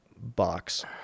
box